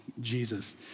Jesus